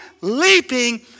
leaping